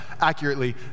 accurately